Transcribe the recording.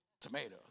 tomatoes